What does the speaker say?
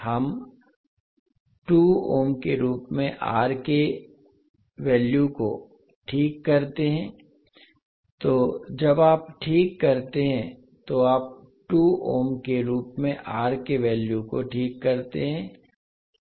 हम 2 ओम के रूप में R के वैल्यू को ठीक करते हैं तो जब आप ठीक करते हैं तो आप 2 ओम के रूप में R के वैल्यू को ठीक करते हैं